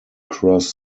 cross